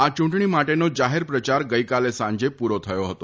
આ ચૂંટણી માટેનો જાહેરપ્રચાર ગઇકાલે સાંજે પૂરો થયો હતો